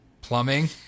Plumbing